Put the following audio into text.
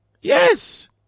Yes